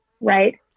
right